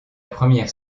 première